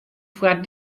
foar